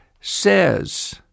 says